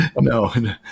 No